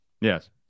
Yes